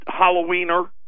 Halloweener